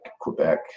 Quebec